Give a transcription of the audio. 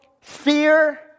fear